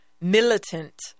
militant